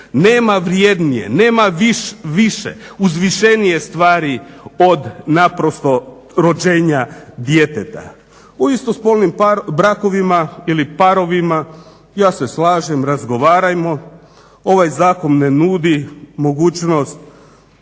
nema vrjednije, nema više, uzvišenije stvari od naprosto rođenja djeteta. U istospolnim brakovima ili parovima, ja se slažem razgovarajmo, ovaj zakon ne nudi mogućnost